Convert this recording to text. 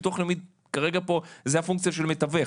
ביטוח לאומי זה הפונקציה של מתווך.